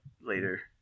later